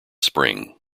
spring